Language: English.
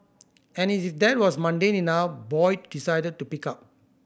and as if that was mundane enough Boyd decided to pick up